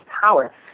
power